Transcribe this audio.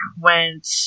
went